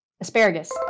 Asparagus